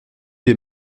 des